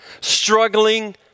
struggling